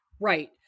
right